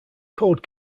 code